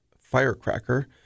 firecracker